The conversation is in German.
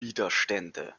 widerstände